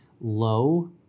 low